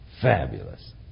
Fabulous